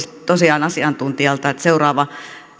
tosiaan asiantuntijalta että seuraava